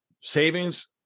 savings